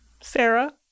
Sarah